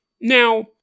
Now